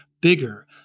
bigger